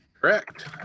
Correct